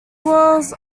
was